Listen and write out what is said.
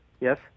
yes